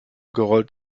gerollt